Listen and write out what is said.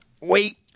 wait